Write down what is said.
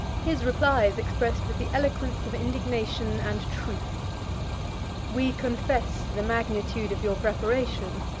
his reply is expressed with the eloquence of indignation and truth we confess the magnitude of your preparation,